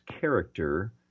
character